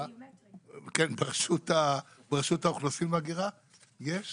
שברשות האוכלוסין וההגירה יש